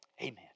Amen